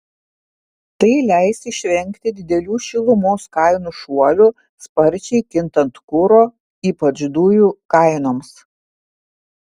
tai leis išvengti didelių šilumos kainų šuolių sparčiai kintant kuro ypač dujų kainoms